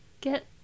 Get